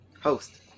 host